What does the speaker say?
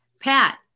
Pat